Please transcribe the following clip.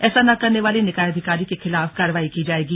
ऐसा न करने वाले निकाय अधिकारी के खिलाफ कार्रवाई की जाएगी